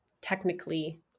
technically